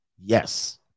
Yes